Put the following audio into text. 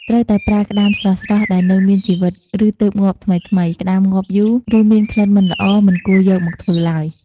ត្រូវតែប្រើក្ដាមស្រស់ៗ ដែលនៅមានជីវិត ឬទើបងាប់ថ្មីៗ ក្ដាមងាប់យូរ ឬមានក្លិនមិនល្អ មិនគួរយកមកធ្វើឡើយ។